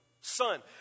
Son